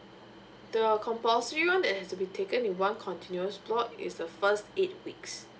the compulsory one that has to be taken in one continuous block is the first eight weeks